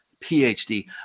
phd